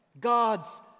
God's